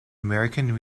american